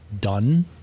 done